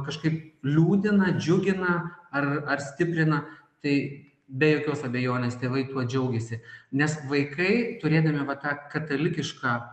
kažkaip liūdina džiugina ar ar stiprina tai be jokios abejonės tėvai tuo džiaugiasi nes vaikai turėdami va tą katalikišką